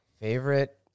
Favorite